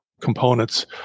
components